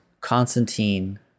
Constantine